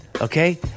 Okay